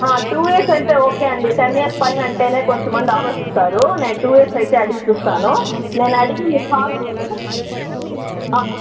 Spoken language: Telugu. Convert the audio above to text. టూ ఇయర్స్ అంటే ఓకే అండి టెన్ ఇయర్స్ పైనంటేనే కొంతమంది ఆలోచిస్తారు నే టూ ఇయర్స్ అయితే అడిగి చూస్తాను నేనడిగి మీకు కాల్ చేస్తాను